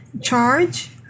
charge